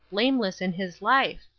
blameless in his life?